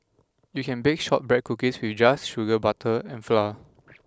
you can bake shortbread cookies with just sugar butter and flour